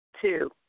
Two